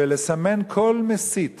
ולסמן כל מסית